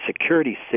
security